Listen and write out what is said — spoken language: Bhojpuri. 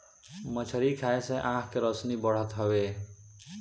मछरी खाए से आँख के रौशनी बढ़त हवे